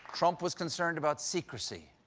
trump was concerned about secrecy.